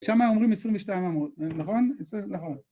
‫שם אומרים 22 עמות, נכון? נכון.